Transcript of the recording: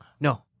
No